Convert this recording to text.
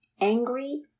angry